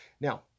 Now